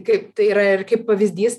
kaip tai yra ir kaip pavyzdys